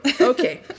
Okay